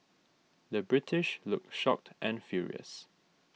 the British look shocked and furious